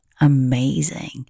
amazing